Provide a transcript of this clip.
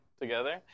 together